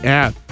app